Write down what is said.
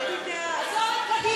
עזוב את קדימה.